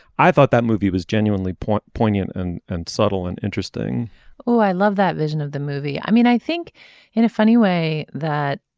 i thought that movie was genuinely poignant and and subtle and interesting oh i love that vision of the movie i mean i think in a funny way that